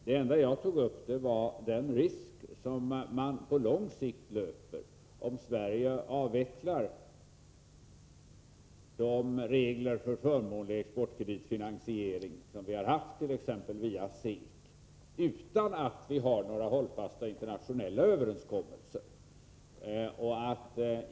Det enda jag tog upp var den risk som vi på lång sikt löper, om Sverige avvecklar de regler för förmånlig exportkreditfinansiering som vi har haft t.ex. via SEK utan att vi har några hållfasta internationella överenskommelser.